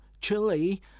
Chile